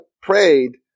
prayed